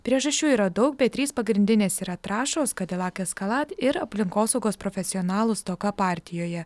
priežasčių yra daug bet trys pagrindinės yra trąšos cadillac escalade ir aplinkosaugos profesionalų stoka partijoje